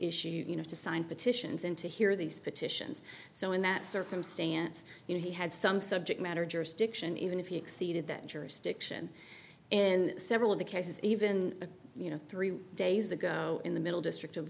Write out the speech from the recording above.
issue you know to sign petitions and to hear these petitions so in that circumstance you know he had some subject matter jurisdiction even if he exceeded that jurisdiction and several of the cases even you know three days ago in the middle district of